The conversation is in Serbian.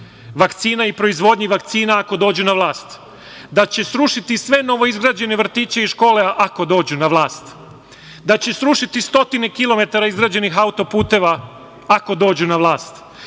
vakcina i proizvodnja vakcina, ako dođe na vlast, da će srušiti sve novoizgrađene škole i vrtiće, ako dođu na vlast. Da će srušiti stotine kilometara izgrađenih autoputeva, ako dođu na vlast,